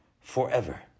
Forever